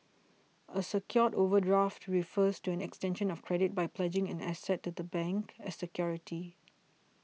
a secured overdraft refers to an extension of credit by pledging an asset to the bank as security